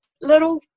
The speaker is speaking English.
Little